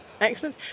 excellent